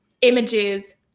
images